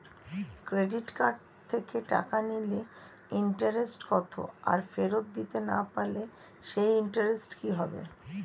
Credit card থেকে টাকা নিলে ইন্টারেস্ট কত আর ফেরত দিতে না পারলে সেই ইন্টারেস্ট কি হবে?